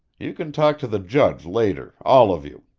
you can talk to the judge later, all of you.